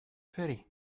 pity